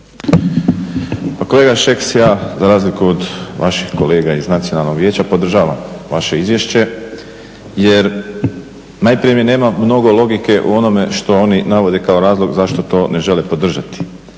kolega Šeks ja za razliku od vaših kolega iz nacionalnog vijeća podržavam vaše izvješće jer najprije mi nema mnogo logike u onome što oni navode kao razlog zašto to ne žele podržati.